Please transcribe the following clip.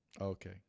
Okay